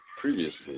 previously